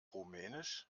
rumänisch